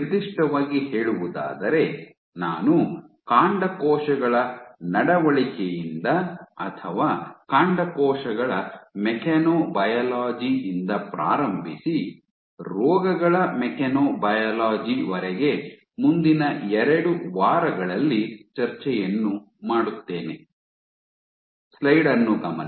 ನಿರ್ದಿಷ್ಟವಾಗಿ ಹೇಳುವುದಾದರೆ ನಾನು ಕಾಂಡಕೋಶಗಳ ನಡವಳಿಕೆಯಿಂದ ಅಥವಾ ಕಾಂಡಕೋಶಗಳ ಮೆಕ್ಯಾನೊಬಯಾಲಜಿ ಯಿಂದ ಪ್ರಾರಂಭಿಸಿ ರೋಗಗಳ ಮೆಕ್ಯಾನೊಬಯಾಲಜಿ ವರೆಗೆ ಮುಂದಿನ ಎರಡು ವಾರಗಳಲ್ಲಿ ಚರ್ಚೆಯನ್ನು ಮಾಡುತ್ತೇನೆ